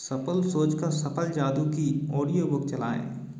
सफल सोच का सफल जादू की ऑडियोबुक चलाएँ